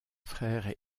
frère